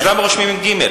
אז למה רושמים עם גימ"ל?